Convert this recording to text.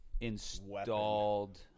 installed